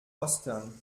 ostern